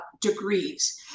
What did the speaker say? degrees